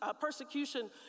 persecution